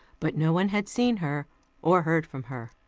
but no one had seen her or heard from her.